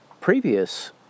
previous